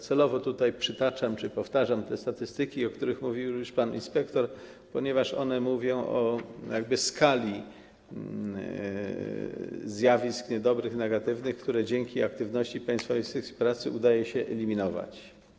Celowo tutaj przytaczam czy powtarzam te statystyki, o których mówił już pan inspektor, ponieważ one świadczą o skali zjawisk niedobrych, negatywnych, które dzięki aktywności Państwowej Inspekcji Pracy udaje się eliminować.